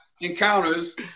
encounters